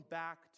back